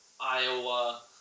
Iowa